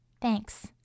thanks